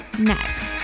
Next